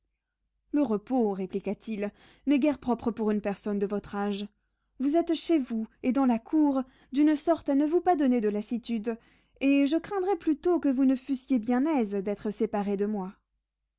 le repos répliqua-t-il n'est guère propre pour une personne de votre âge vous êtes chez vous et dans la cour d'une sorte à ne vous pas donner de lassitude et je craindrais plutôt que vous ne fussiez bien aise d'être séparée de moi